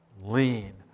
lean